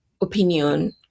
opinion